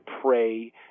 pray